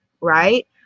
right